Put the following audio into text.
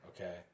Okay